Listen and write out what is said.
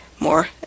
more